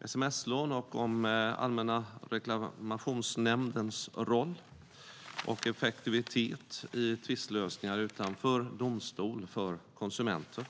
sms-lån och om Allmänna reklamationsnämndens roll och effektivitet i tvistlösningar utanför domstol för konsumenter.